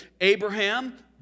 Abraham